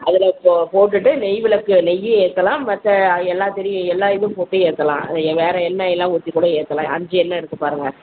அதில் போ போட்டுட்டு நெய் விளக்கு நெய்யும் ஏற்றலாம் மற்ற எல்லா திரியும் எல்லா இதுவும் போட்டும் ஏற்றலாம் வேறு எண்ணெயல்லாம் ஊற்றி கூட ஏற்றலாம் அஞ்சு எண்ணெ இருக்கு பாருங்க